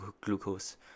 glucose